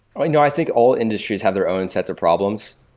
ah you know i think all industries have their own sets of problems,